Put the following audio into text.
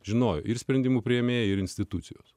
žinojo ir sprendimų priėmėjai ir institucijos